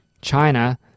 China